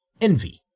envy